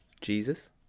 Jesus